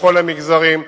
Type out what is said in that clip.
בכל המגזרים,